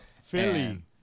Philly